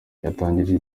yatangarije